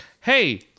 hey